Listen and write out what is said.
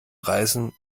reißen